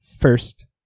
first